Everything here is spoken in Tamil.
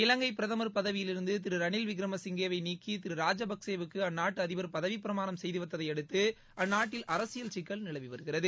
இலங்கை பிரதமா் பதவியிலிருந்து திரு ரணில் விக்ரமசிங்கேவை நீக்கி திரு ராஜபக்சேவுக்கு அந்நாட்டு அதிபர் பதவிப் பிரமாணம் செய்து வைத்ததை அடுத்து அந்நாட்டில் அரசியல் சிக்கல் நிலவி வருகிறது